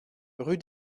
rue